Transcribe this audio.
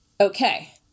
okay